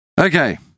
Okay